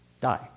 die